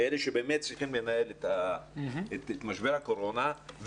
אלה שבאמת צריכים לנהל את משבר הקורונה,